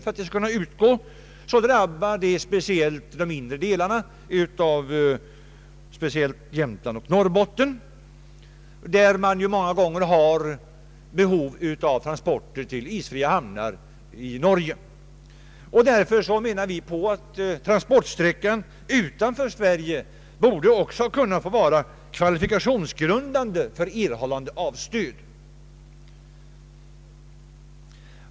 Den bestämmelsen drabbar speciellt de inre delarna av Jämtland och Norrbotten, där man många gånger har behov av transporter till isfria hamnar i Norge. Därför menar vi att transportsträckan utanför Sverige också borde få vara kvalifikationsgrundande för erhållande av stöd.